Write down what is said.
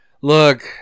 look